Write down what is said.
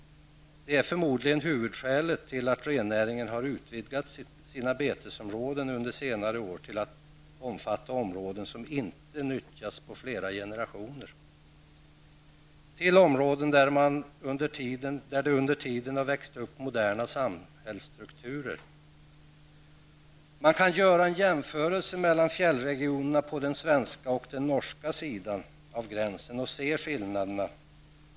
Det är förmodligen huvudskälet till att renägarna har utvidgat sina betesområden under senare år till att omfatta områden som man inte utnyttjat på flera generationer; till områden där det under tiden växt upp moderna samhällsstrukturer. Man kan göra en jämförelse mellan fjällregionerna på den norska och svenska sidan av gränsen och se skillnaderna.